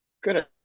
good